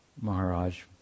Maharaj